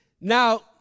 Now